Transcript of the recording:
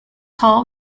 hall